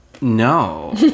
no